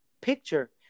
picture